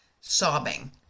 sobbing